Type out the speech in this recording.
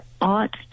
ought